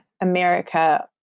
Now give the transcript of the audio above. America